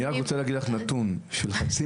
אני רק רוצה להגיד לך נתון: שחצי